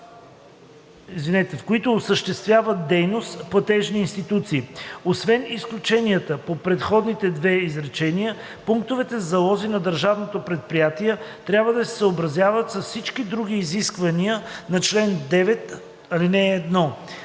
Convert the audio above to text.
в които осъществяват дейност платежни институции. Освен изключенията по предходните две изречения пунктовете за залози на държавното предприятие трябва да се съобразяват с всички други изисквания на чл. 9, ал. 1.“ 4.